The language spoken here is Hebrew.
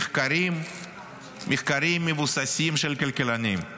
מחקרים מבוססים של כלכלנים.